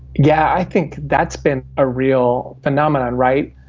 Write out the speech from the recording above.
yeah i think that's been a real phenomenon right,